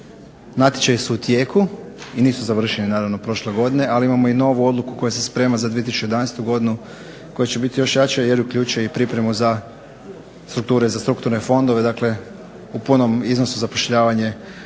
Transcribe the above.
natječaji su u tijeku i nisu završeni naravno prošle godine, ali imamo i novu odluku koja se sprema za 2011. godinu koja će biti još jača jer uključuje i pripremu za strukture i strukturne fondove. Dakle, u punom iznosu zapošljavanje